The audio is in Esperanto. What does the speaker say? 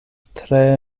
tre